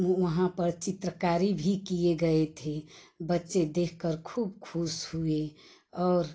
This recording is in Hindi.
वहाँ पर चित्रकारी भी किए गए थे बच्चे देख कर खूब खुश हुए और